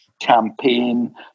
campaign